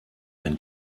ein